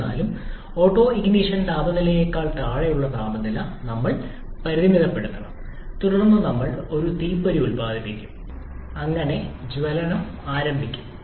എന്നിരുന്നാലും ഓട്ടൊണിഷൻ താപനിലയേക്കാൾ താഴെയുള്ള താപനില ഞങ്ങൾ പരിമിതപ്പെടുത്തണം തുടർന്ന് ഞങ്ങൾ ഒരു തീപ്പൊരി ഉത്പാദിപ്പിക്കും അങ്ങനെ ജ്വലനം ആരംഭിക്കും